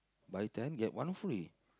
buy ten get one free